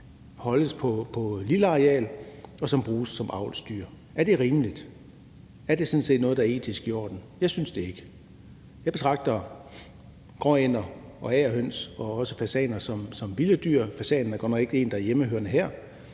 holdes på et lille areal, og som bruges som avlsdyr. Er det rimeligt? Er det noget, der sådan set er etisk i orden? Jeg synes det ikke. Jeg betragter gråænder, agerhøns og fasaner som vilde dyr – fasanen er godt nok ikke en, der er hjemmehørende her